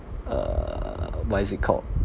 err what is it called